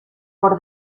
por